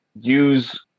use